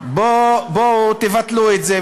בואו ותבטלו את זה,